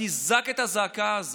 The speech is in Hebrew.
תזעק את הזעקה הזאת.